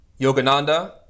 Yogananda